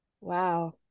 Wow